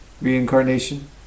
reincarnation